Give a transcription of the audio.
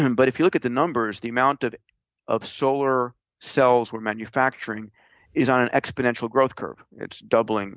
and but if you look at the numbers, the amount of of solar cells we're manufacturing is on an exponential growth curve. it's doubling